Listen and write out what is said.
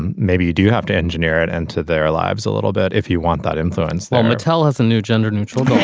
and maybe you do have to engineer it into their lives a little bit if you want that influence that mattel has a new gender neutral that's